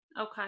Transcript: Okay